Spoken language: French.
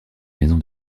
maison